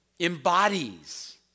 embodies